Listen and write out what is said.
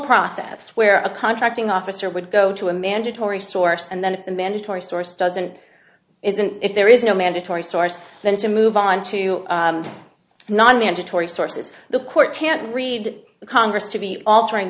process where a contracting officer would go to a mandatory source and then if the mandatory source doesn't isn't if there is no mandatory source then to move on to non mandatory sources the court can't read the congress to be altering